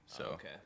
Okay